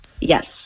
yes